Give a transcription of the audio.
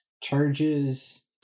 charges